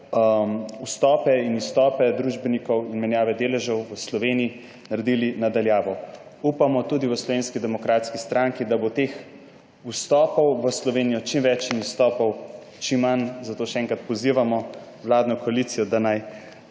vstope in izstope družbenikov in menjave deležev v Sloveniji naredili na daljavo. Tudi v Slovenski demokratski stranki upamo, da bo vstopov v Slovenijo čim več in izstopov čim manj, zato še enkrat pozivamo vladno koalicijo, da naj